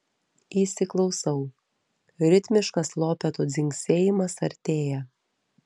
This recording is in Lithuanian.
įsiklausau ritmiškas lopetų dzingsėjimas artėja